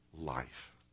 life